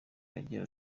agira